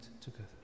together